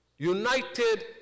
United